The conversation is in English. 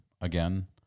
again